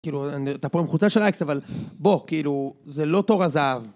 כאילו, אתה פה עם חולצה של אייקס, אבל בוא, כאילו, זה לא תור הזהב.